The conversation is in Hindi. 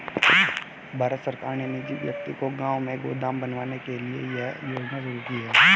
भारत सरकार ने निजी व्यक्ति को गांव में गोदाम बनवाने के लिए यह योजना शुरू की है